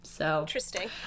Interesting